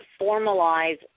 formalize